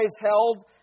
held